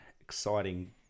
exciting